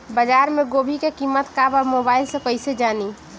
बाजार में गोभी के कीमत का बा मोबाइल से कइसे जानी?